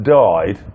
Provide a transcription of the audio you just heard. died